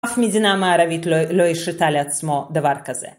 אף מדינה מערבית לא לא הרשתה לעצמה דבר כזה.